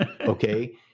Okay